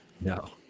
no